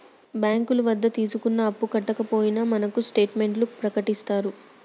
బ్యాంకుల వద్ద తీసుకున్న అప్పు కట్టకపోయినా మనకు స్టేట్ మెంట్లను ప్రకటిత్తారు